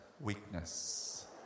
weakness